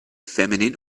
feminine